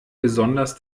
besonders